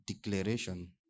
declaration